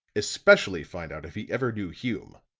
especially find out if he ever knew hume.